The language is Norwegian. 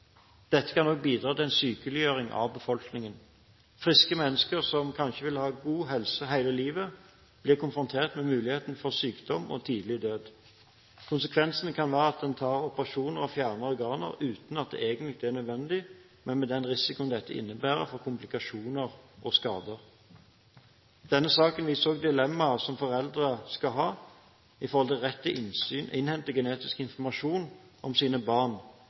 Dette kan også bidra til en sykeliggjøring av befolkningen. Friske mennesker, som kanskje vil ha god helse hele livet, blir konfrontert med muligheten for sykdom og tidlig død. Konsekvensen kan være at en tar operasjoner og fjerner organer uten at det egentlig er nødvendig, men med den risikoen dette innebærer for komplikasjoner og skader. Denne saken viser også dilemmaet som foreldre har om retten til innsyn og innhenting av genetisk informasjon om sine barn,